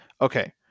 okay